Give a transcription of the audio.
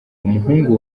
umuhungu